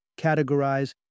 categorize